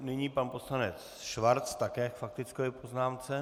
Nyní pan poslanec Schwarz, také k faktické poznámce.